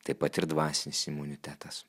taip pat ir dvasinis imunitetas